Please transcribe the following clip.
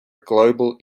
global